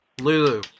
Lulu